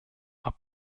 are